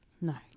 No